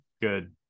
good